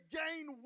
gain